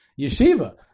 yeshiva